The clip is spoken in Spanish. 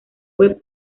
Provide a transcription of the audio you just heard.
web